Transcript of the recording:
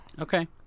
Okay